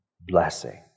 blessing